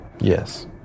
Yes